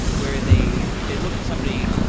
where they they look at somebody,